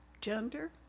gender